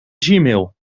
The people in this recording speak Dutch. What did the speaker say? gmail